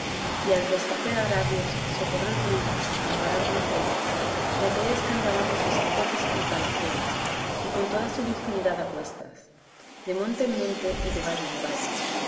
y al desfacer agravios socorrer viudas amparar doncellas de aquellas que andaban con sus azotes y palafrenes y con toda su virginidad a cuestas de monte en monte y de valle en valle